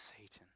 Satan